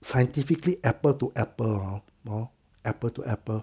scientifically apple to apple hor hor apple to apple